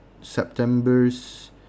September's